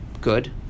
good